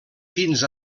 fins